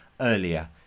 earlier